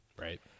Right